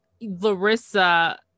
Larissa